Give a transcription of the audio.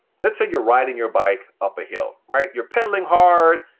let's say you're riding your bike up a hill, right? you're pedalling hard,